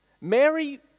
Mary